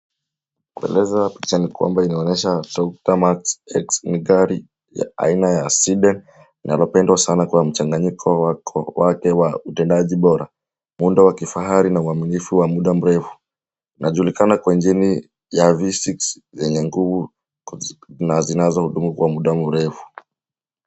Kueleza picha ni kwamba inaonyesha aina ya Toyota Mark X ni gari aina ya asili inayopendwa kwa mchanganyiko wake bora wa utendazi bora, muundo wa kifahari na uaminifu wa muda mrefu. Inajulikana kwa injini ya V6 yenye nguvu na zinazodumu kwa muda mrefu.